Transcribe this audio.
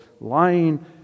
lying